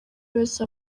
wese